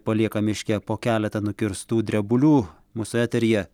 palieka miške po keletą nukirstų drebulių mūsų eteryje